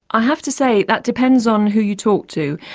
i have to say that depends on who you talk to.